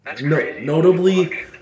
notably